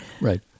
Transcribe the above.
Right